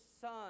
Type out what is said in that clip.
son